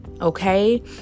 okay